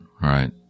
right